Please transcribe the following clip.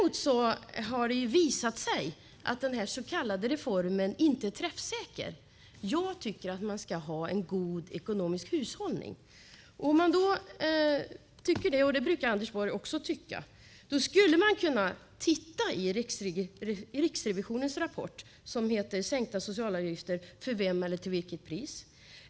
Det har dock visat sig att den här så kallade reformen inte är träffsäker. Man ska ha en god ekonomisk hushållning, och det brukar Anders Borg också tycka. Men tittar man i Riksrevisionens rapport Sänkta socialavgifter - för vem eller till vilket pris?